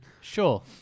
Sure